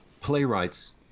playwrights